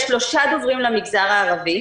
יש שלושה דוברים למגזר הערבי,